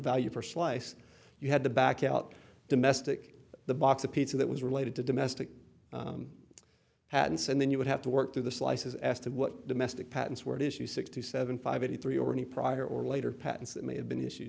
value for slice you had to back out domestic the box of pizza that was related to domestic at and then you would have to work through the slices as to what domestic patents where it is you sixty seven five eighty three or any prior or later patents that may have been issue